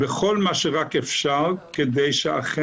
המשרד יעזור לאותות בכל מה שרק אפשר כדי שאכן